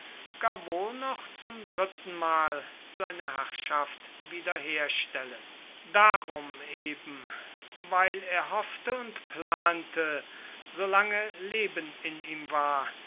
wohl noch zum drittenmal seine herrschaft wiederherstellen darum eben weil er hoffte und plante solange leben in ihm war